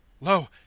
Lo